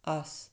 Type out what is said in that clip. us